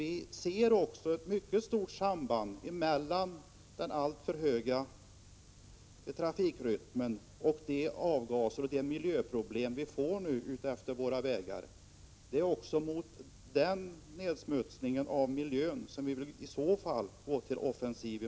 Vi ser också ett mycket 2 juni 1986 stort samband mellan den alltför höga trafikrytmen och de avgaser och miljöproblem vi får utefter våra vägar. Det är mot den nedsmutsningen av miljön som vi också i så fall går till offensiv.